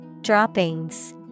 Droppings